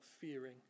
fearing